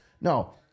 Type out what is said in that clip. no